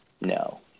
no